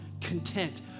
content